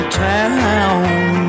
town